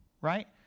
right